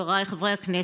חבריי חברי הכנסת,